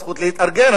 הזכות להתארגן,